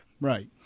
Right